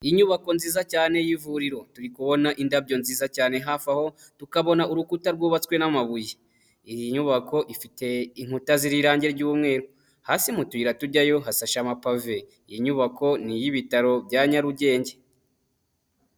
Inyubako nziza cyane y'ivuriro, turi kubona indabyo nziza cyane hafi aho tukabona urukuta rwubatswe n'amabuye, iyi nyubako ifite inkuta ziriho irangi ry'umweru, hasi mu tuyira tujyayo hasashe amapave iyi nyubako ni iy'ibitaro bya Nyarugenge.